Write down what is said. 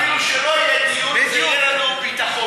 אפילו שלא יהיה דיון, יהיה לנו ביטחון.